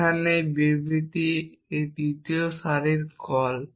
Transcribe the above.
এখানে এই বিবৃতি এই তৃতীয় সারির কল